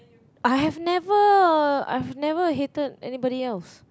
I have never I have never hated anybody else